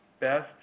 best